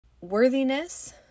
worthiness